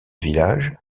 village